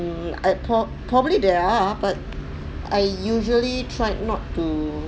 um I prob~ probably there are but I usually try not to